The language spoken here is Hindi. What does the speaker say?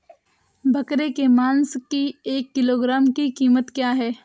बकरे के मांस की एक किलोग्राम की कीमत क्या है?